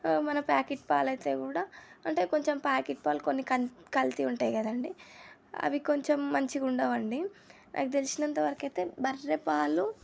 మన ప్యాకెట్ పాలైతే కూడా అంటే కొంచెం ప్యాకెట్ పాలు కొన్ని కల్ కల్తీ ఉంటాయి కదండి అవి కొంచెం మంచిగా ఉండవండి నాకు తెలిసినంత వరకు అయితే బర్రె పాలు